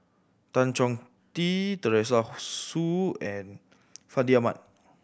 Tan Chong Tee Teresa Hsu and Fandi Ahmad